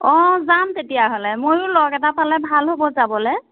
অঁ যাম তেতিয়াহ'লে ময়ো লগ এটা পালে ভাল হ'ব যাবলে